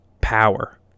power